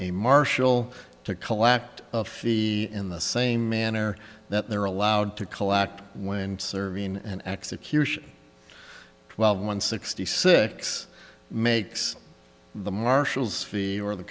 a marshal to collect the in the same manner that they are allowed to collect when serving in an execution twelve one sixty six makes the marshall's fee or the